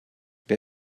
wer